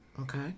Okay